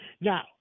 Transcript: Now